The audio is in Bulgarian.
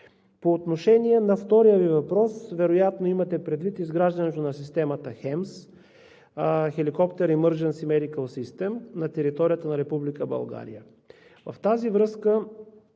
По отношение на втория Ви въпрос, вероятно имате предвид изграждането на системата HEMS – Helicopter emergency medical system, на територията на Република България. В тази връзка